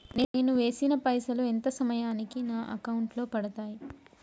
నేను వేసిన పైసలు ఎంత సమయానికి నా అకౌంట్ లో పడతాయి?